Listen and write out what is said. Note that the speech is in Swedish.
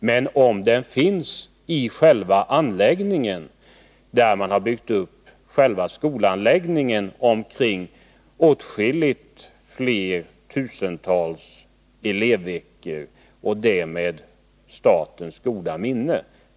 Svårigheterna uppträder när själva skolanläggningen dimensionerats för en verksamhet med åskilligt flera tusen elevveckor än den stipulerade målsättningen, och det med statens goda minne.